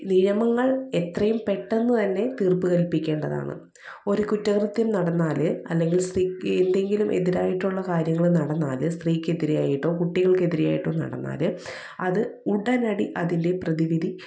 നിയമങ്ങൾ എത്രയും പെട്ടന്ന് തന്നെ തീർപ്പ് കൽപിക്കേണ്ടതാണ് ഒരു കുറ്റകൃത്യം നടന്നാൽ അല്ലെങ്കിൽ സ്ത്രീ ഏതെങ്കിലും എതിരായിട്ടുള്ള കാര്യങ്ങൾ നടന്നാൽ സ്ത്രീക്ക് എതിരെ ആയിട്ടോ കുട്ടികൾക്ക് എതിരെ ആയിട്ടോ നടന്നാൽ അത് ഉടനടി അതിൻ്റെ പ്രതിവിധി